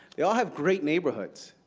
they all have great neighborhoods,